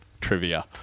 trivia